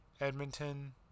Edmonton